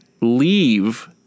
leave